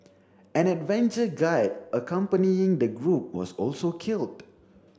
an adventure guide accompanying the group was also killed